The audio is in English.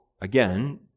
again